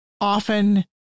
often